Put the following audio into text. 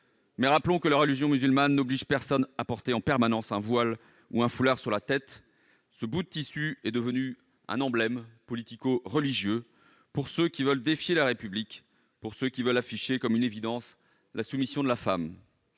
Rappelons que la religion musulmane n'oblige personne à porter en permanence un voile ou un foulard sur la tête. Ce bout de tissu est devenu un emblème politico-religieux pour ceux qui veulent défier la République, pour ceux qui veulent afficher comme une évidence la soumission de la femme.